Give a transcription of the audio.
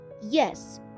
Yes